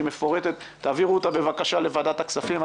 שהיא מפורטת תעבירו אותה בבקשה לוועדת הכספים.